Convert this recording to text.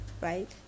right